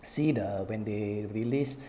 see the when they release